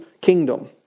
kingdom